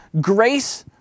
grace